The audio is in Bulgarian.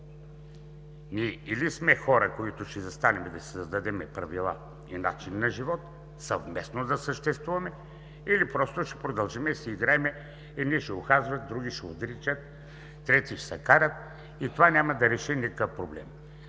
Ние или сме хора, които ще застанем и ще създадем правила и начин на живот съвместно да съществуваме, или просто ще продължим да си играем – едни ще ухажват, други ще отричат, трети ще се карат и това няма да реши никакъв проблем.